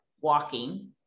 walking